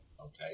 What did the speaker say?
Okay